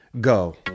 go